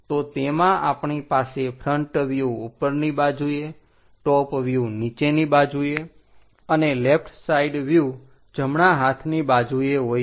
તો તેમાં આપણી પાસે ફ્રન્ટ વ્યુહ ઉપરની બાજુએ ટોપ વ્યુહ નીચેની બાજુએ અને લેફ્ટ સાઈડ વ્યુહ જમણા હાથની બાજુએ હોય છે